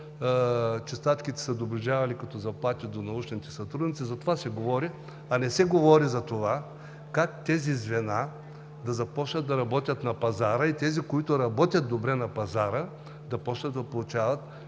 чистачките се доближавали като заплати до научните сътрудници. За това се говори, а не се говори как тези звена да започнат да работят на пазара и тези, които работят добре на пазара, да започнат да получават